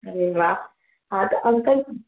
अड़े वाह हा त अंकल